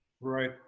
right